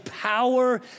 power